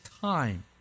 time